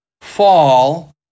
fall